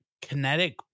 kinetic